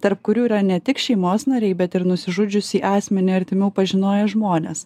tarp kurių yra ne tik šeimos nariai bet ir nusižudžiusį asmenį artimiau pažinoję žmonės